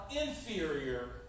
inferior